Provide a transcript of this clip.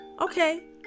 Okay